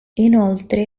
inoltre